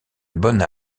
bonne